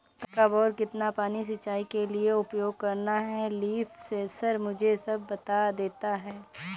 कब और कितना पानी सिंचाई के लिए उपयोग करना है लीफ सेंसर मुझे सब बता देता है